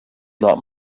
not